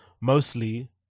mostly